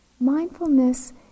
Mindfulness